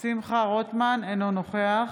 אינו נוכח